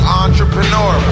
entrepreneur